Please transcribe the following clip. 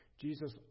Jesus